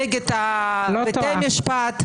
נגד בתי המשפט,